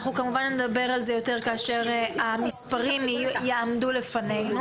אנחנו כמובן נדבר על זה יותר כאשר המספרים יעמדו לפנינו.